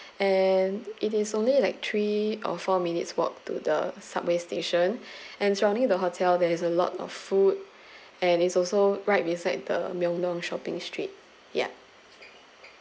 and it is only like three or four minutes walk to the subway station and surrounding the hotel there is a lot of food and it's also right beside the myeongdong shopping street yeah